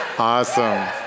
Awesome